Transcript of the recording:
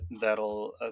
that'll